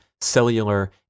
cellular